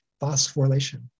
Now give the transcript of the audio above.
phosphorylation